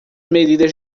medidas